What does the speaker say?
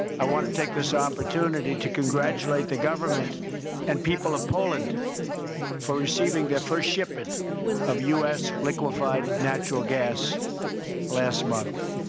i want to take this opportunity to congratulate the government and people of poland for receiving their first shipment of u s. liquefied natural gas last month.